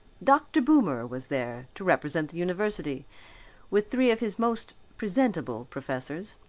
dr. boomer was there to represent the university with three of his most presentable professors,